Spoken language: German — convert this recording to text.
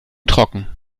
trocken